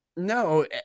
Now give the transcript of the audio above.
No